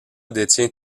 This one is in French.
détient